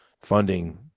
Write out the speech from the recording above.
funding